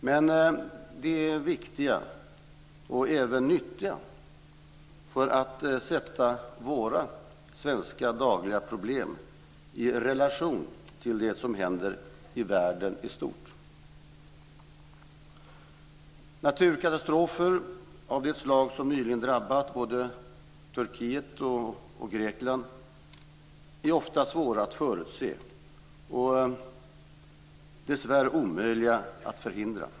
Men de är viktiga, och även nyttiga, för att sätta våra svenska dagliga problem i relation till det som händer i världen i stort. Naturkatastrofer av det slag som nyligen drabbat både Turkiet och Grekland är ofta svåra att förutse och dessvärre omöjliga att förhindra.